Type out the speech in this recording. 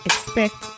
Expect